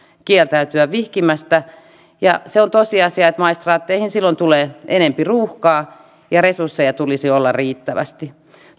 kieltäytyä vihkimästä se on tosiasia että maistraatteihin silloin tulee enempi ruuhkaa ja resursseja tulisi olla riittävästi